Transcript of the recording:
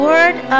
word